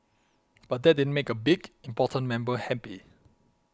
but that didn't make a big important member happy